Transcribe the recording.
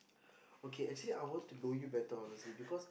okay actually I want to know you better honestly because